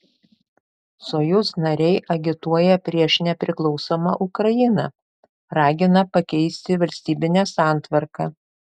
sojuz nariai agituoja prieš nepriklausomą ukrainą ragina pakeisti valstybinę santvarką